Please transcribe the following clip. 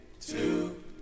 two